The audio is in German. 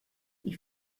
ich